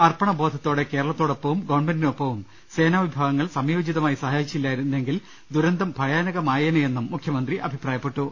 അർപ്പണ ബോധത്തോടെ കേരളത്തോടൊപ്പവും ഗവൺമെന്റിനൊപ്പവും സേനാ വിഭാഗങ്ങൾ സമയോചിതമായി സഹായിച്ചില്ലായിരുന്നെ ങ്കിൽ ദുരന്തം ഭയാനകമായേന്നെയെന്നും മുഖ്യമന്ത്രി അഭിപ്രായപ്പെട്ടു